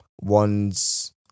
one's